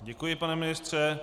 Děkuji, pane ministře.